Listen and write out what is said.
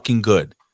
good